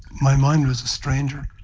my mind was a stranger.